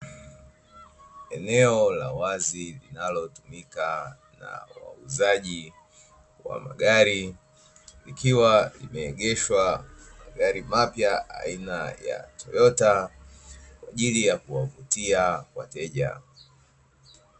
Eneo la wazi linalotumika na wauzaji wa magari, likiwa limeegeshwa magari mapya aina ya "Toyota" kwa ajili yaa kuwavutia wateja.